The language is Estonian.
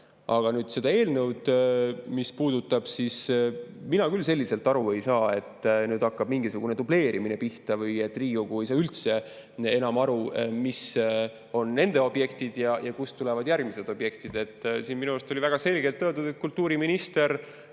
Aga mis seda eelnõu puudutab, siis mina küll nii aru ei saa, et nüüd hakkab pihta mingisugune dubleerimine või et Riigikogu ei saa enam üldse aru, mis on nende objektid ja kust tulevad järgmised objektid. Minu arust oli väga selgelt öeldud, et kultuuriminister